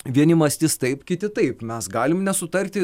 vieni mąstys taip kiti taip mes galim nesutarti